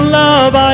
love